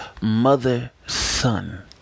mother-son